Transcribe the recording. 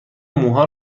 موها